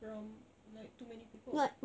orang like too many people or